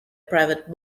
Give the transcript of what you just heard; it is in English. private